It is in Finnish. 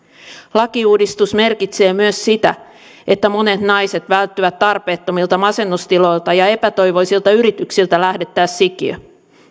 lakiuudistus merkitsee myös sitä että monet naiset välttyvät tarpeettomilta masennustiloilta ja epätoivoisilta yrityksiltä lähdettää sikiö